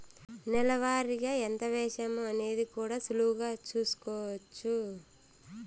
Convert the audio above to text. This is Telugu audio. నెల వారిగా ఎంత వేశామో అనేది కూడా సులువుగా చూస్కోచ్చు